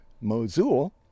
Mosul